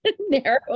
narrow